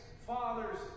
fathers